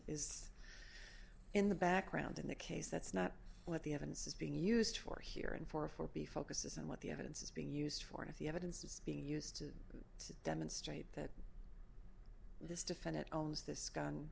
is in the background in the case that's not what the evidence is being used for here and for a for b focuses on what the evidence is being used for and the evidence is being used to demonstrate that this defendant owns this gun